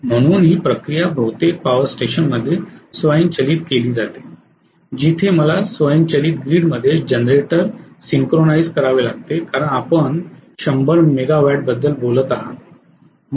म्हणून ही प्रक्रिया बहुतेक पॉवर स्टेशनमध्ये स्वयंचलित केली जाते जिथे मला स्वयंचलित ग्रिडमध्ये जनरेटर सिंक्रोनाइझ करावे लागते कारण आपण 100 मेगावॅटबद्दल बोलत आहात